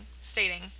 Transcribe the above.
stating